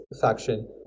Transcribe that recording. faction